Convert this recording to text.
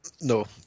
No